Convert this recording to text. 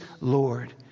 Lord